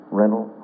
rental